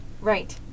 Right